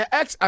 ex